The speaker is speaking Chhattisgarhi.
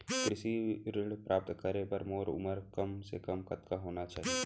कृषि ऋण प्राप्त करे बर मोर उमर कम से कम कतका होना चाहि?